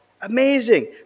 Amazing